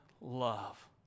love